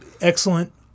Excellent